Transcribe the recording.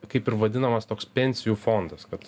kaip ir vadinamas toks pensijų fondas kad